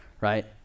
right